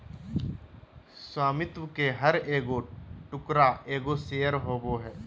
स्वामित्व के हर एगो टुकड़ा एगो शेयर होबो हइ